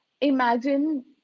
imagine